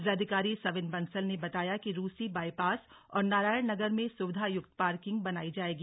जिलाधिकारी सविन बंसल ने बताया कि रूसी बाईपास और नारायण नगर में सुविधायुक्त पार्किंग बनाई जायेगी